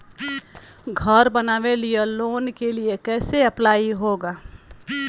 घर बनावे लिय लोन के लिए कैसे अप्लाई होगा?